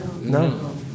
No